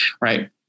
right